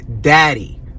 daddy